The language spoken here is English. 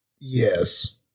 Yes